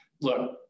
look